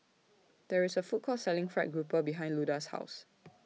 There IS A Food Court Selling Fried Grouper behind Luda's House